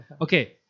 Okay